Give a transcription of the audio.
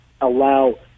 allow